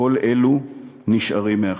כל אלו נשארים מאחור.